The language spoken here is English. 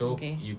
okay